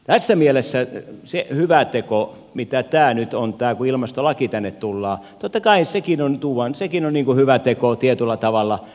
tässä mielessä se hyvä teko mikä tämä nyt on kun ilmastolaki tänne tuodaan totta kai sekin on hyvä teko tietyllä tavalla